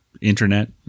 internet